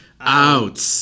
Out